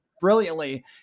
brilliantly